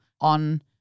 on